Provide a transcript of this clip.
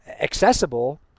accessible